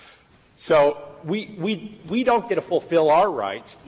so we we we don't get to fulfill our rights.